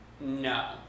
No